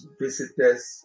visitors